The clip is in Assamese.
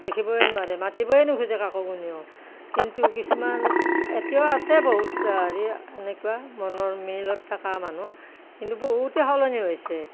দেখিবই নোৱাৰে মাতিবই নোখোজে কাকো কোনেও কিন্তু কিছুমান এতিয়াও আছে বহুত হেৰি এনেকুৱা মনৰ মিলত থকা মানুহ কিন্তু বহুতেই সলনি হৈছে